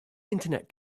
internet